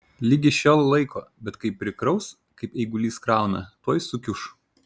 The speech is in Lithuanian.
ligi šiol laiko bet kai prikraus kaip eigulys krauna tuoj sukiuš